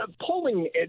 polling